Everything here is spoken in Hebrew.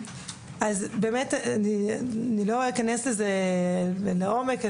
באמת אני לא אכנס לזה לעומק,